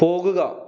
പോകുക